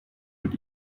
mit